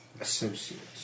associates